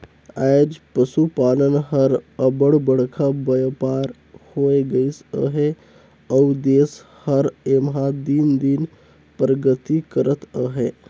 आएज पसुपालन हर अब्बड़ बड़खा बयपार होए गइस अहे अउ देस हर एम्हां दिन दिन परगति करत अहे